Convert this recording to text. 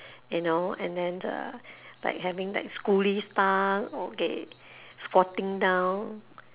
you know and then uh like having like coolie style okay squatting down